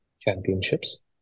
championships